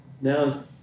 Now